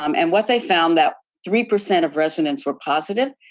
um and what they found that three percent of residents were positive.